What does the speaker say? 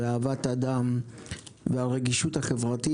אהבת אדם והרגישות החברתית,